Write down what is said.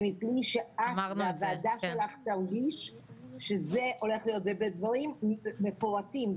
ומבלי שאת והוועדה שלך תרגישו שזה הולך להיות בדברים מפורטים.